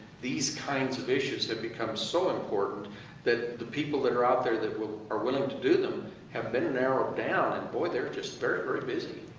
these kinds of issues have become so important that the people that are out there that are willing to do them have been narrowed down and, boy, they're just very, very busy.